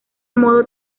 modo